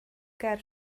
ger